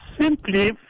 simply